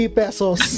pesos